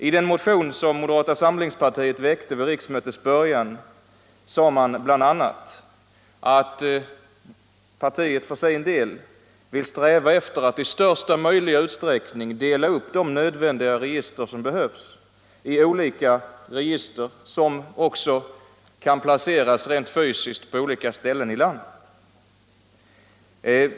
I den motion som moderata samlingspartiet väckte vid riksmötets början sade man bl.a. att partiet för sin del vill sträva efter att i största möjliga utsträckning dela upp alla nödvändiga uppgifter i skilda register som också kan placeras rent fysiskt på olika platser i landet.